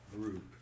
group